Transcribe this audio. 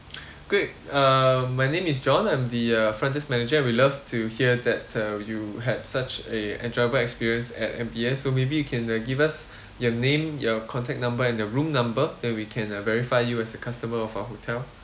great err my name is john I'm the uh front desk manager we love to hear that uh you had such a enjoyable experience at M_B_S so maybe you can uh give us your name your contact number and the room number then we can uh verify you as a customer of our hotel